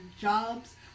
jobs